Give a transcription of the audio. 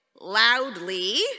loudly